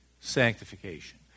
sanctification